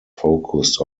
focused